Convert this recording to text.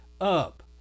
up